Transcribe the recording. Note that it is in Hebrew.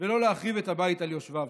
ולא להחריב את הבית על יושביו.